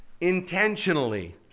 intentionally